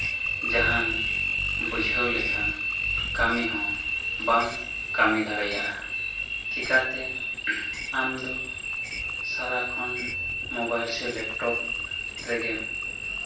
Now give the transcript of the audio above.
ᱡᱟᱦᱟᱱ ᱵᱩᱡᱷᱟᱹᱣ ᱞᱮᱠᱷᱟᱱ ᱠᱟᱹᱢᱤ ᱦᱚᱸ ᱵᱟᱢ ᱠᱟᱹᱢᱤ ᱫᱟᱲᱮᱭᱟᱜᱼᱟ ᱪᱤᱠᱟᱹᱛᱮ ᱟᱢᱫᱚ ᱥᱟᱨᱟ ᱠᱷᱚᱱ ᱢᱳᱵᱟᱭᱤᱞ ᱥᱮ ᱞᱮᱯᱴᱚᱯ ᱨᱮᱜᱮᱢ